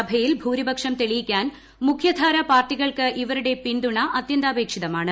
സഭയിൽ ഭൂരിപക്ഷം തെളിയിക്കാൻ മുഖ്യധാര പാർട്ടികൾക്ക് ഇവരുടെ പിന്തുണ അത്യന്താപേക്ഷിതമാണ്